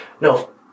no